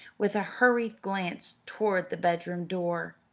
with a hurried glance toward the bedroom door.